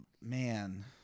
man